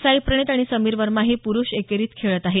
साई प्रणीत आणि समीर वर्माही प्रुष एकेरीत खेळत आहेत